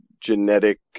genetic